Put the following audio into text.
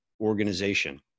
organization